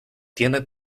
tiene